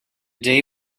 day